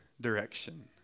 direction